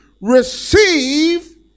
receive